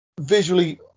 visually